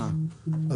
עכשיו,